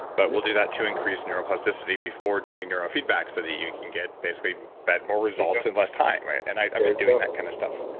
but we'll do that to increase neuroplasticity before doing neuro feedback so that you can get basically that more results in less time, right? and i've been doing that kind of stuff.